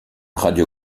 radio